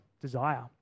desire